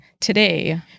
today